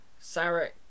Sarek